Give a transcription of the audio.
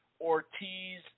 Ortiz